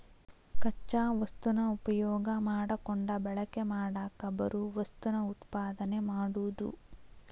ಕಚ್ಚಾ ವಸ್ತುನ ಉಪಯೋಗಾ ಮಾಡಕೊಂಡ ಬಳಕೆ ಮಾಡಾಕ ಬರು ವಸ್ತುನ ಉತ್ಪಾದನೆ ಮಾಡುದು